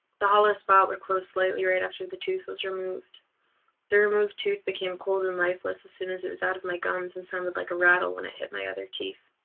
the hollow spot would close slightly right after the tooth was removed the removed tooth became cold and lifeless as soon as it was out of my gums and sounded like a rattle when it hit my other teeth.